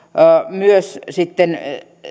myös sitten